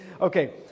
Okay